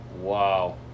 Wow